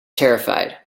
terrified